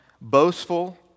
boastful